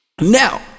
now